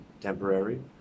temporary